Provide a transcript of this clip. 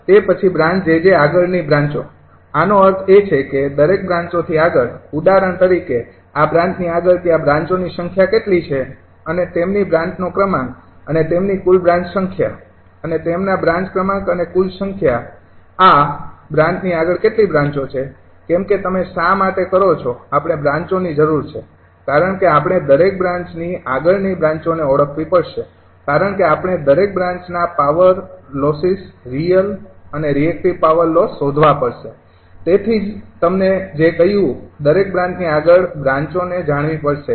તે પછી branch jj આગળની બ્રાંચો આનો અર્થ એ છે કે દરેક બ્રાંચો થી આગળ ઉદાહરણ તરીકે આ બ્રાન્ચની આગળ ત્યાં બ્રાંચોની સંખ્યા કેટલી છે અને તેમની બ્રાન્ચ નો ક્રમાંક અને તેમની કુલ બ્રાન્ચ સંખ્યા અને તેમના બ્રાન્ચ ક્રમાંક અને કુલ સંખ્યા આ બ્રાન્ચની આગળ કેટલી બ્રાંચો છે કેમ કે તમે શા માટે કરો છો આપણે બ્રાંચોની જરૂર છે કારણ કે આપણે દરેક બ્રાન્ચની આગળની બ્રાંચોને ઓળખવી પડશે કારણ કે આપણે દરેક બ્રાન્ચમાં પાવર લોસિસ રિયલ અને રિએક્ટિવ પાવર લોસ શોધવો પડશે તેથી જ તમે જે કહો છો તમારે દરેક બ્રાન્ચની આગળ બ્રાંચોને જાણવી જાણવી પડશે